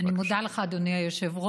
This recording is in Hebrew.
אני מודה לך, אדוני היושב-ראש.